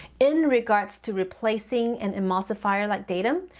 in regards to replacing an emulsifier like datem,